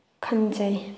ꯈꯟꯖꯩ